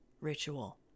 ritual